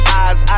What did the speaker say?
eyes